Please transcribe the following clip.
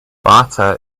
bata